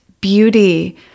beauty